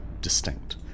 distinct